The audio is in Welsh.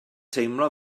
teimlo